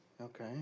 Okay